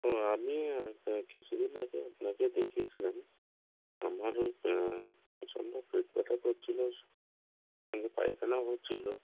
ও আমি কিছু দিন আগে আপনাকে দেখিয়েছিলাম আমার ওই প্রচণ্ড পেট ব্যথা করছিল স্ পায়খানাও হচ্ছিল